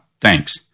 thanks